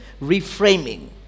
reframing